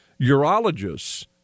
Urologists